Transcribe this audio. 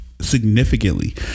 Significantly